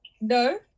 No